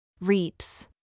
reaps